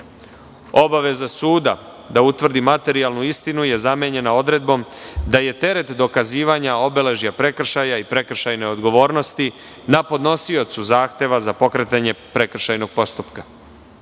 državu. Obaveza suda da utvrdi materijalnu istinu je zamenjena odredbom, da je teret dokazivanja obeležja prekršaja i prekršajne odgovornosti na podnosiocu zahteva za pokretanje prekršajnog postupka.